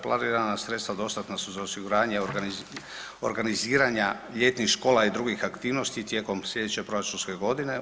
Planirana sredstva dostatna su za organiziranja ljetnih škola i drugih aktivnosti tijekom sljedeće proračunske godine.